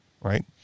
right